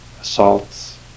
assaults